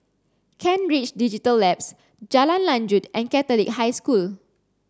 Kent Ridge Digital Labs Jalan Lanjut and Catholic High School